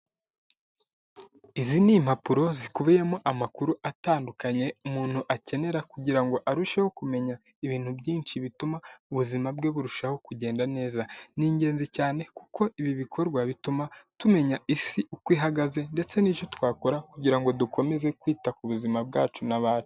Izi ni impapuro zikubiyemo amakuru atandukanye umuntu akenera kugirango ngo arusheho kumenya ibintu byinshi bituma ubuzima bwe burushaho kugenda neza, ni ingenzi cyane kuko ibi bikorwa bituma tumenya isi uko ihagaze ndetse n'icyo twakora kugira ngo dukomeze kwita ku buzima bwacu n'abacu.